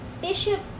Bishop